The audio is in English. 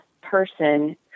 person